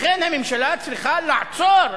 ולכן הממשלה צריכה לעצור,